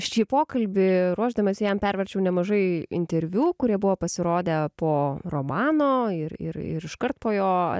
šį pokalbį ruošdamasi jam perverčiau nemažai interviu kurie buvo pasirodę po romano ir ir ir iškart po jo